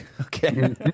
Okay